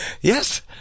yes